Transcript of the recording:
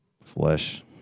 Flesh